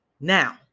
now